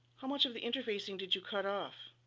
how much of the interfacing did you cut off,